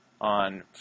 on